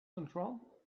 control